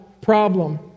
problem